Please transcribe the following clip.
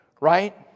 right